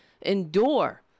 endure